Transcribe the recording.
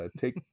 Take